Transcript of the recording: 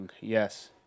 Yes